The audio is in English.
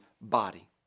body